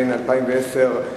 התש"ע 2010,